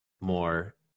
more